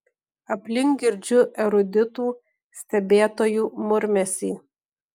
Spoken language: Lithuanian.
aplink girdžiu eruditų stebėtojų murmesį